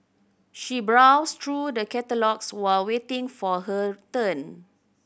she browsed through the catalogues while waiting for her turn